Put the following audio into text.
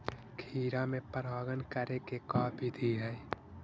खिरा मे परागण करे के का बिधि है?